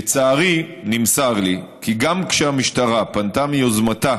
לצערי, נמסר לי כי גם כשהמשטרה פנתה מיוזמתה